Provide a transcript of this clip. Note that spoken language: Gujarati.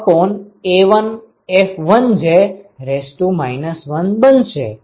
તો તે a1j 1A1F1j 1 બનશે